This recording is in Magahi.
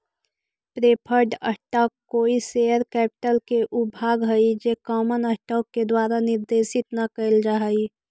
प्रेफर्ड स्टॉक कोई शेयर कैपिटल के ऊ भाग हइ जे कॉमन स्टॉक के द्वारा निर्देशित न कैल जा हइ